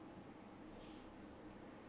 well please don't jinx it man